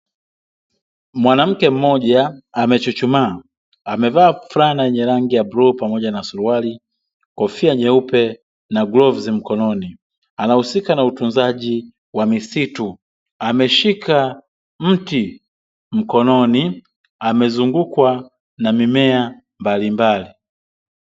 Mwanamke mmoja amechuchumaa amevaa fulana yenye rangi ya bluu pamoja na suruali, kofia nyeupe na glavu mkononi, anahusika na utunzaji wa misitu; ameshika mti mkononi amezungukwa na mimea mbalimbali.